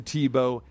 Tebow